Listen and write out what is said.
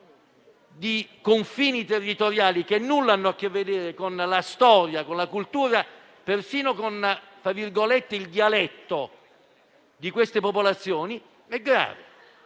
di confini territoriali, che nulla hanno a che vedere con la storia, con la cultura e persino con il dialetto di queste popolazioni, è grave.